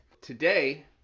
Today